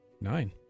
Nine